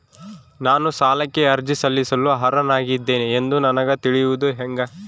ನಾನು ಸಾಲಕ್ಕೆ ಅರ್ಜಿ ಸಲ್ಲಿಸಲು ಅರ್ಹನಾಗಿದ್ದೇನೆ ಎಂದು ನನಗ ತಿಳಿಯುವುದು ಹೆಂಗ?